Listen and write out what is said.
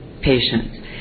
patients